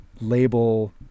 label